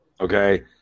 okay